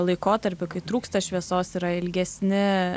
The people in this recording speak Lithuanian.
laikotarpiu kai trūksta šviesos yra ilgesni